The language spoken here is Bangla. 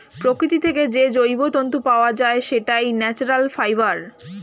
প্রকৃতি থেকে যে জৈব তন্তু পাওয়া যায়, সেটাই ন্যাচারাল ফাইবার